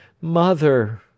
Mother